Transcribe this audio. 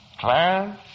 Clarence